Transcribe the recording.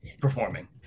performing